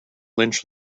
lynch